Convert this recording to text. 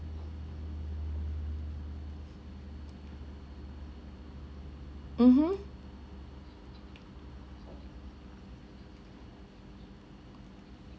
mmhmm